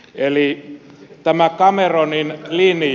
eli tämä cameronin linja